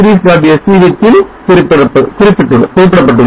sch ல் குறிப்பிடப்பட்டுள்ளது